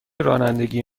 رانندگی